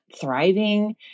thriving